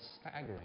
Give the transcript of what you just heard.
staggering